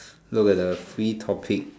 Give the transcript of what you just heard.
look at the free topic